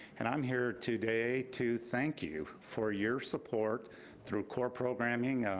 and i'm here today to thank you for your support through core programming.